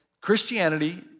Christianity